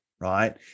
right